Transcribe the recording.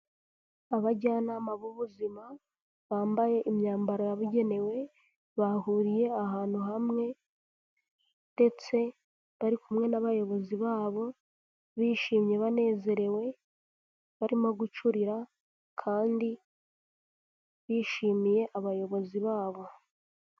Abajyanama b'ubuzima bambaye imyambaro yabugenewe, bahuriye ahantu hamwe ndetse bari kumwe n'abayobozi babo; bishimye banezerewe barimo gucurira kandi bishimiye abayobozi babo.